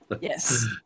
yes